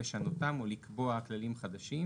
לשנותם או לקבוע כללים חדשים,